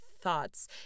thoughts